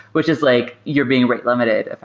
which is like you're being rate limited,